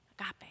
Agape